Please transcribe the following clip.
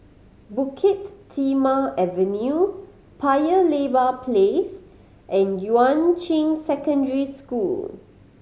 Bukit Timah Avenue Paya Lebar Place and Yuan Ching Secondary School